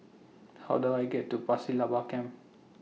How Do I get to Pasir Laba Camp